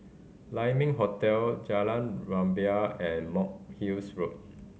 Lai Ming Hotel Jalan Rumbia and Monk Hill's Road